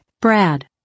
brad